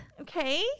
Okay